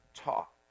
talk